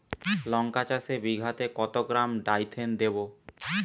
লঙ্কা চাষে বিঘাতে কত গ্রাম ডাইথেন দেবো?